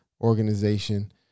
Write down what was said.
organization